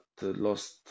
lost